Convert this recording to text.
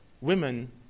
women